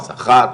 שכר.